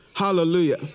Hallelujah